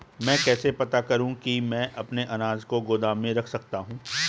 मैं कैसे पता करूँ कि मैं अपने अनाज को गोदाम में रख सकता हूँ?